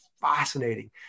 fascinating